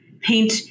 paint